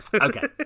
Okay